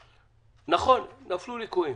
נכון, נפלו ליקויים.